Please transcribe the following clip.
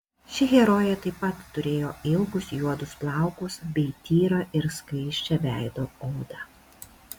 ši herojė taip pat turėjo ilgus juodus plaukus bei tyrą ir skaisčią veido odą